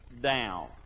down